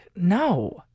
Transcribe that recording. No